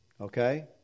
okay